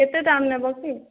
କେତେ ଦାମ୍ ନେବ କି